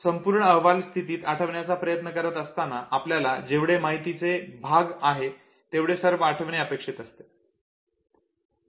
आता संपूर्ण अहवाल स्थितीत आठवण्याचा प्रयत्न करत असताना आपल्याला जेवढे माहितीचे भाग आहे तेवढे सर्व आठवणे अपेक्षित असते